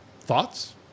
Thoughts